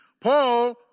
Paul